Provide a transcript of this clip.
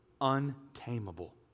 untamable